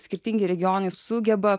skirtingi regionai sugeba